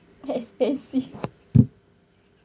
ya expensive